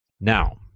Now